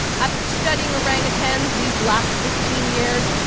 after studying orangutans these last fifteen years,